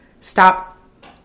stop